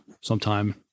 sometime